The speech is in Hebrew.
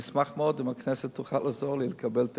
אני אשמח מאוד אם הכנסת תוכל לעזור לי לקבל תקציב.